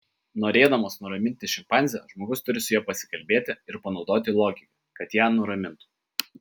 norėdamas nuraminti šimpanzę žmogus turi su ja pasikalbėti ir panaudoti logiką kad ją nuramintų